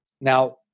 Now